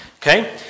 Okay